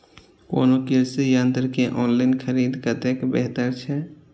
कोनो कृषि यंत्र के ऑनलाइन खरीद कतेक बेहतर छै?